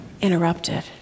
interrupted